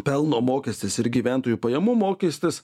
pelno mokestis ir gyventojų pajamų mokestis